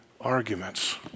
arguments